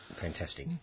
Fantastic